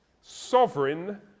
Sovereign